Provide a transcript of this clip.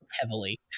heavily